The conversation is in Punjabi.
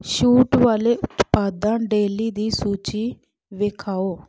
ਛੂਟ ਵਾਲੇ ਉਤਪਾਦਾਂ ਡੇਲੀ ਦੀ ਸੂਚੀ ਵਿਖਾਉ